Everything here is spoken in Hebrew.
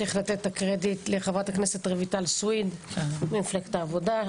צריך לתת את הקרדיט לחברת הכנסת רויטל סויד ממפלגת העבודה,